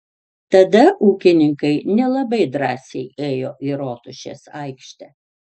tada ūkininkai nelabai drąsiai ėjo į rotušės aikštę